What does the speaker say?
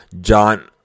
John